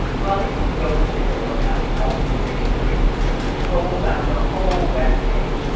well if you go and take a look at the oxford dictionary and you scroll down the whole web page,